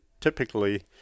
typically